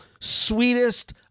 sweetest